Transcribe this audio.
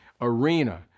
arena